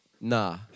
Nah